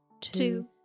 two